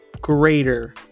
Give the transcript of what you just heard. greater